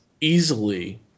easily